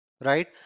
right